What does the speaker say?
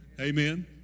Amen